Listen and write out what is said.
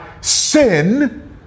sin